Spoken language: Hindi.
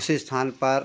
उसी स्थान पर